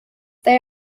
they